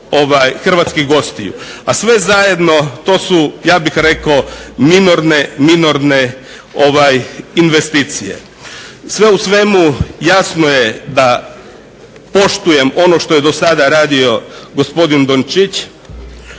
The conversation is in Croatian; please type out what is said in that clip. hrvatskih gostiju, a sve zajedno to su minorne investicije. Sve u svemu, jasno je da poštujem ono što je do sada radio gospodin Dončić.